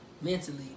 mentally